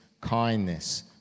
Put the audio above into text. kindness